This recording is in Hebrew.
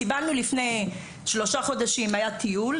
קיבלנו לפני שלושה חודשים היה טיול,